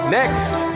next